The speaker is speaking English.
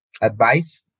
advice